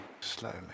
slowly